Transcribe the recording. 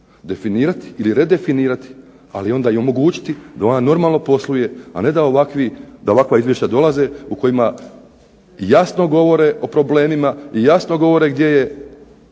definirati ili redefinirati ali onda i omogućiti da ona normalno posluje a ne da ovakva izvješća dolaze u kojima jasno govore o problemima i jasno govore gdje je,